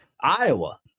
Iowa